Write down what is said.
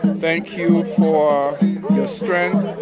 thank you for your strength,